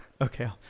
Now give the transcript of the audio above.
Okay